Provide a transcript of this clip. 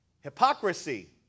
Hypocrisy